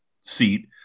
seat